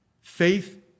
faith